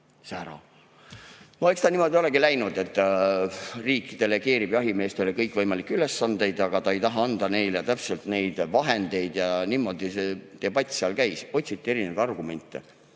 No eks ta niimoodi olegi läinud, et riik delegeerib jahimeestele kõikvõimalikke ülesandeid, aga ei taha anda neile täpselt neid vahendeid. Niimoodi see debatt seal käis, otsiti erinevaid argumente.